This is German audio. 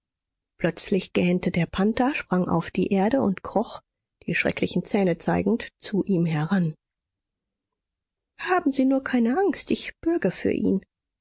plötzlich gähnte der panther sprang auf die erde und kroch die schrecklichen zähne zeigend zu ihm heran haben sie nur keine angst ich bürge für ihn